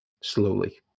slowly